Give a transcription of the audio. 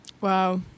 Wow